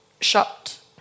shocked